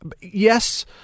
Yes